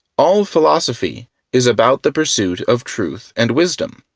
all philosophy is about the pursuit of truth and wisdom.